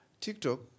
TikTok